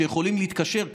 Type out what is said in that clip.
שיכולים להתקשר,